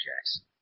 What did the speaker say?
Jackson